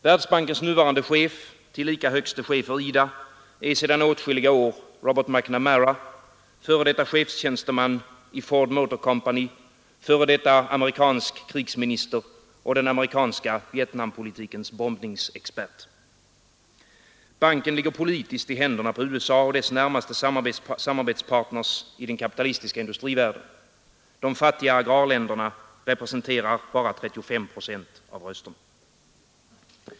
Världsbankens nuvarande chef, tillika högste chef för IDA, är sedan åtskilliga år Robert McNamara, f. d. chefstjänsteman i Ford Motor Company, f.d. krigsminister och den amerikanska Vietnampolitikens bombningsexpert. Banken ligger politiskt i händerna på USA och dess närmaste samarbetspartner i den kapitalistiska industrivärlden. De fattiga agrarländernas representerar här bara 35 procent av rösterna.